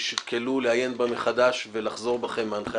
תשקלו לעיין בה מחדש ולחזור בכם ממנה.